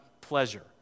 pleasure